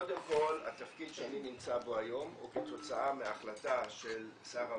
קודם כל התפקיד שאני נמצא בו היום הוא כתוצאה מהחלטה של שר האוצר,